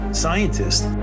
scientists